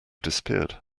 disappeared